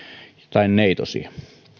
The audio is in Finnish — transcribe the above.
tai neitosia